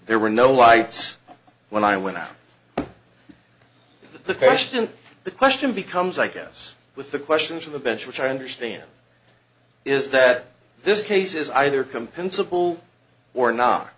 there were no lights when i went out the question the question becomes i guess with the questions of the bench which i understand is that this case is either compensable or not